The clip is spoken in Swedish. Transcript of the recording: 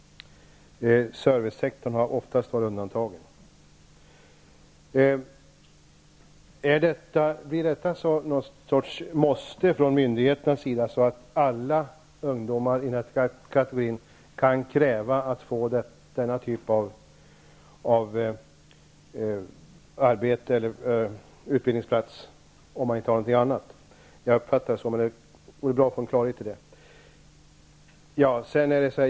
Servicesektorn har oftast varit undantagen. Blir detta något slags måste för myndigheterna, så att alla ungdomar av den här kategorin kan kräva att få denna typ av arbete eller utbildningsplats om de inte har någonting annat? Jag uppfattade det så, men det vore bra att få klarhet i det.